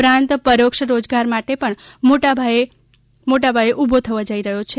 ઉપરાંત પરોક્ષ રોજગાર પણ મોટા પાયે ઊભો થવા જઈ રહ્યો છે